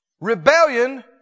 Rebellion